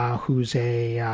who's a, yeah